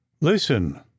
Listen